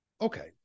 Okay